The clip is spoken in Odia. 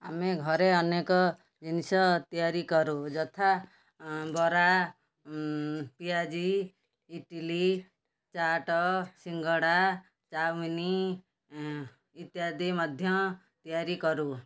ଆମେ ଘରେ ଅନେକ ଜିନିଷ ତିଆରି କରୁ ଯଥା ବରା ପିଆଜି ଇଟିଲି ଚାଟ ସିଙ୍ଗଡ଼ା ଚାଓମିନ ଇତ୍ୟାଦି ମଧ୍ୟ ତିଆରି କରୁ